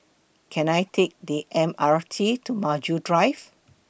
Can I Take The M R T to Maju Drive